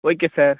okay sir